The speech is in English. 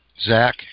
Zach